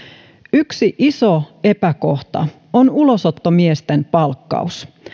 yksi iso epäkohta on ulosottomiesten palkkaus